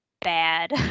bad